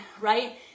right